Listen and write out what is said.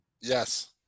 Yes